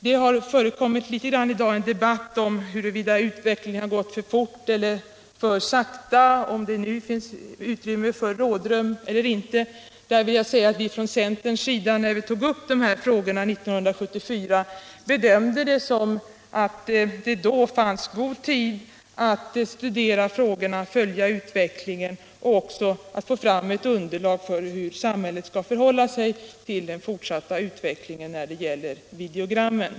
Det har diskuterats här i dag om utvecklingen gått för fort eller för sakta, om det finns rådrum eller inte. När vi från centerns sida tog upp de här frågorna 1974 gjorde vi bedömningen att det då fanns tillräckligt med tid att studera frågorna, att följa utvecklingen och även att få fram ett samlat underlag för hur samhället skall förhålla sig till den fortsatta utvecklingen när det gäller videogrammen.